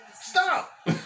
Stop